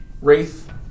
wraith